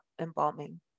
embalming